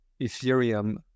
Ethereum